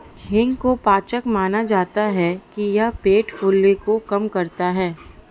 हींग को पाचक माना जाता है कि यह पेट फूलने को कम करता है